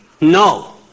No